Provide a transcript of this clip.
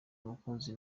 mukunzi